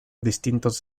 distintos